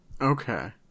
Okay